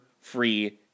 free